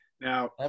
Now